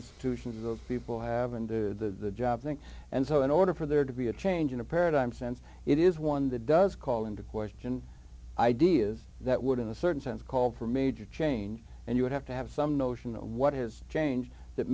institutions of people having the job thing and so in order for there to be a change in a paradigm sense it is one that does call into question ideas that would in a certain sense called for major change and you would have to have some notion of what has changed that